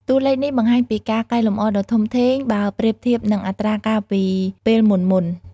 តួលេខនេះបង្ហាញពីការកែលម្អដ៏ធំធេងបើប្រៀបធៀបនឹងអត្រាកាលពីពេលមុនៗ។